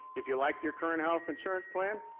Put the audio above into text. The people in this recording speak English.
if you liked your current health insurance plan,